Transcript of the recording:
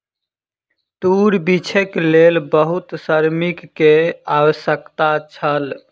तूर बीछैक लेल बहुत श्रमिक के आवश्यकता छल